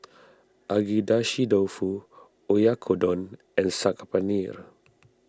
Agedashi Dofu Oyakodon and Saag Paneer